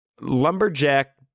Lumberjack